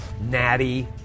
Natty